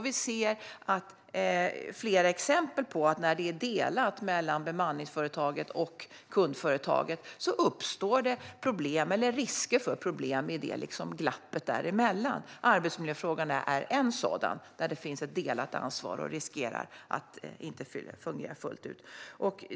Vi ser flera exempel på att när ansvaret är delat mellan bemanningsföretaget och kundföretaget uppstår problem eller risk för problem i glappet däremellan. Arbetsmiljön är en sådan fråga det finns ett delat ansvar för och riskerar att inte fungera fullt ut.